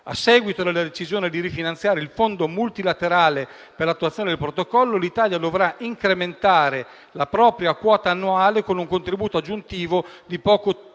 A seguito della decisione di rifinanziare il Fondo multilaterale per l'attuazione del Protocollo, l'Italia dovrà incrementare la propria quota annuale con un contributo aggiuntivo di poco più